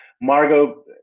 margot